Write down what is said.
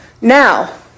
Now